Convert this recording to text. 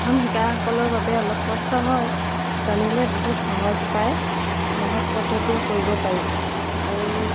প্ৰথম শিকাসকলৰ বাবে অলপ কষ্ট হয় জানিলে বহুত সহজ উপায় সহজ পদ্ধতিৰে কৰিব পাৰি আৰু